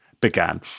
began